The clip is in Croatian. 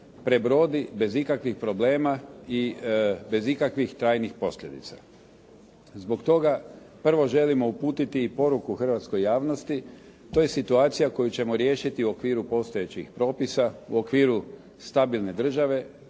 prebrodi bez ikakvih problema i bez ikakvih trajnih posljedica. Zbog toga prvo želimo uputiti poruku hrvatskoj javnosti, to je situacija koju ćemo riješiti u okviru postojećih propisa, u okviru stabilne države.